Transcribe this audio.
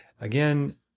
again